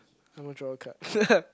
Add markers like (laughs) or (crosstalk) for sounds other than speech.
I'm gonna draw a card (laughs)